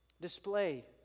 display